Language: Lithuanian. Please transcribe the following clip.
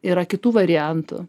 yra kitų variantų